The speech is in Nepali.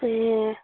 ए